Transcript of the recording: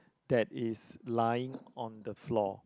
that is lying on the floor